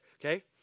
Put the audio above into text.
Okay